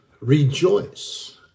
Rejoice